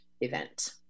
event